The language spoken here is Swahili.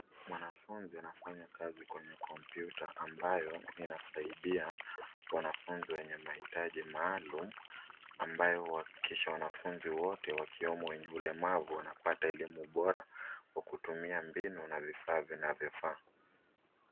Mwanafunzi anafanya kazi kwenye kompyuta ambayo inasaidia wanafunzi wenye mahitaji maalum ambayo kisha wanafunzi wote wakiwemo wenye ulemavu wanapata elimu bora kwa kutumia mbinu na vifaa vinavyofaa.